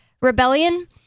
rebellion